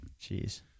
Jeez